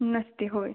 नसते होय